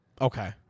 Okay